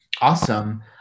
Awesome